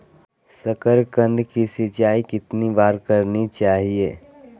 साकारकंद की सिंचाई कितनी बार करनी चाहिए?